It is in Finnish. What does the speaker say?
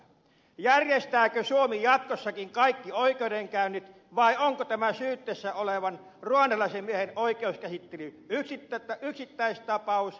järjestääkö suomi jatkossakin kaikki oikeudenkäynnit vai onko tämän syytteessä olevan ruandalaisen miehen oikeuskäsittely yksittäistapaus